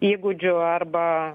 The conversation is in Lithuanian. įgūdžių arba